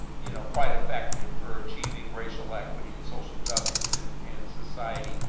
you know, quite effective for achieving racial equity and social justice in and society.